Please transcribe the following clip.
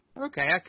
okay